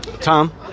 Tom